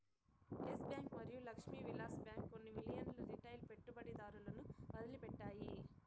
yes bank మరియు Lakshmi Vilas bank కొన్ని మిలియన్ల రిటైల్ పెట్టుబడిదారులను వదిలిపెట్టాయి